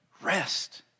rest